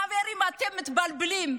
חברים, אתם מתבלבלים.